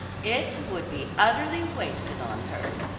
it would be utterly wasted on her,